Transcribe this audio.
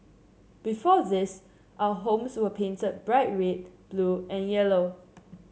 before this our homes were painted bright red blue and yellow